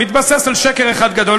מתבסס על שקר אחד גדול,